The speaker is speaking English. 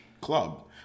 club